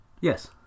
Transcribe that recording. Yes